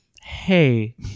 Hey